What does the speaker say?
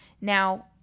now